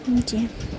جی